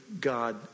God